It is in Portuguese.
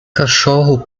cachorro